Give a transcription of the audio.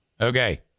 okay